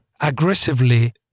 aggressively